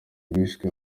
bishwe